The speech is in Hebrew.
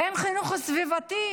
אין חינוך סביבתי.